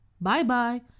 Bye-bye